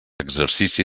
exercici